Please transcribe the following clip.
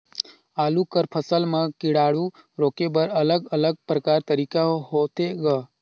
आलू कर फसल म कीटाणु रोके बर अलग अलग प्रकार तरीका होथे ग?